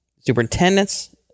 Superintendent's